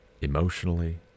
emotionally